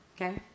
Okay